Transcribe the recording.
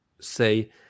say